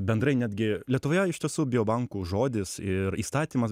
bendrai netgi lietuvoje iš tiesų bio bankų žodis ir įstatymas